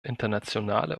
internationale